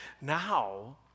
Now